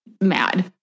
mad